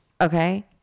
Okay